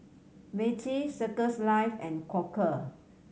Meiji Circles Life and Quaker